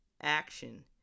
Action